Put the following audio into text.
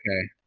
Okay